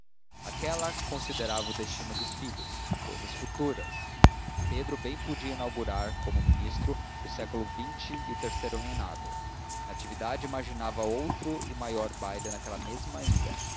aquela considerava o destino dos filhos cousas futuras pedro bem podia inaugurar como ministro o século xx e o terceiro reinado natividade imaginava outro e maior baile naquela mesma ilha